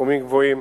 סכומים גבוהים